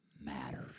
matters